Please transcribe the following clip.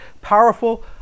powerful